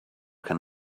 can